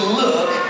look